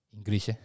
English